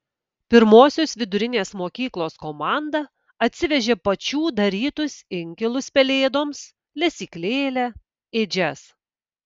pirmosios vidurinės mokyklos komanda atsivežė pačių darytus inkilus pelėdoms lesyklėlę ėdžias